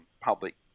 public